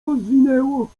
rozwinęło